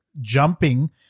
jumping